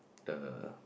the